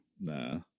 Nah